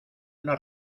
una